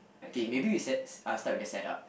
K maybe we set I'll start with the set up